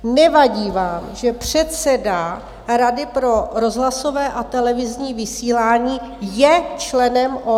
Nevadí vám, že předseda Rady pro rozhlasové a televizní vysílání je členem ODS?